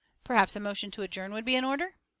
perhaps a motion to adjourn would be in order?